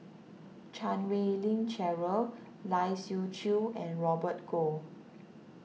Chan Wei Ling Cheryl Lai Siu Chiu and Robert Goh